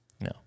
No